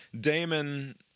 Damon